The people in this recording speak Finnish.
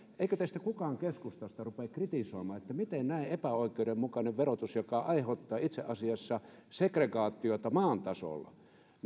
teistä keskustassa rupea kritisoimaan miten voi olla näin epäoikeudenmukainen verotus joka aiheuttaa itse asiassa segregaatiota maan tasolla